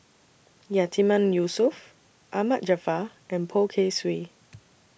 Yatiman Yusof Ahmad Jaafar and Poh Kay Swee